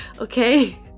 Okay